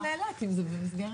אתם מביאים את זה?